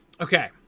okay